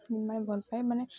ମାନେ ଭଲପାଏ ମାନେ